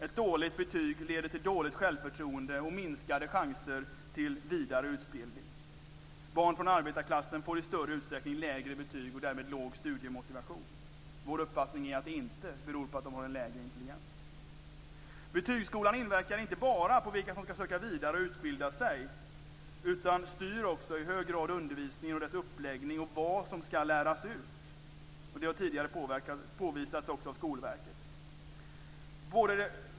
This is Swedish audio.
Ett dåligt betyg leder till dåligt självförtroende och minskade chanser till vidare utbildning. Barn från arbetarklassen får i större utsträckning lägre betyg och därmed låg studiemotivation. Vår uppfattning är att det inte beror på att de har lägre intelligens. Betygsskolan inverkar inte bara på vilka som skall söka vidare och utbilda sig utan styr också i hög grad undervisningen, dess uppläggning och vad som skall läras ut. Det har tidigare påvisats också av Skolverket.